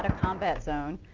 ah combat zone.